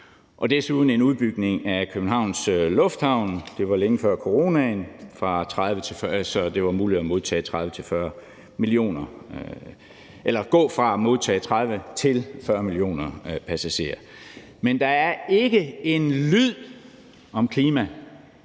den en udbygning af Københavns Lufthavn – det var længe før coronaen – så det var muligt at gå fra at modtage 30 millioner passagerer til at modtage 40 millioner